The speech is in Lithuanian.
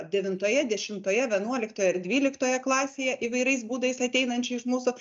devintoje dešimtoje vienuoliktoje ir dvyliktoje klasėje įvairiais būdais ateinančių iš mūsų